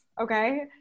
okay